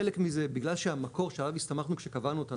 חלק מזה בגלל שהמקור שאז הסתמכנו כשקבענו אותם,